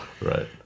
Right